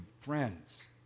friends